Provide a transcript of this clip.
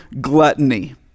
gluttony